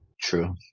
True